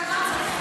לפי התקנות,